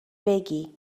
بگی